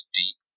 deep